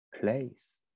place